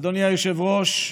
אדוני היושב-ראש,